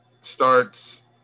starts